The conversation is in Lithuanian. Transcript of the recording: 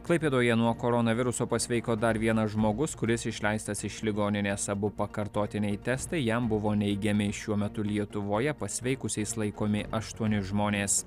klaipėdoje nuo koronaviruso pasveiko dar vienas žmogus kuris išleistas iš ligoninės abu pakartotiniai testai jam buvo neigiami šiuo metu lietuvoje pasveikusiais laikomi aštuoni žmonės